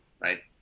right